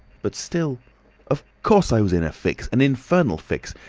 but still of course i was in a fix an infernal fix.